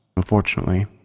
unfortunately,